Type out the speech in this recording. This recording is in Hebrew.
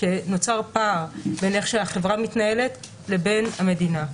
שנוצר פער בין איך שהחבר המתנהלת לבין המדינה.